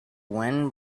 wind